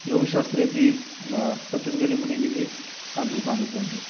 योगशास्त्रेपि पतञ्जलिमुनिभिः आधृतानि सन्ति